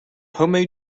homemade